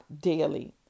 daily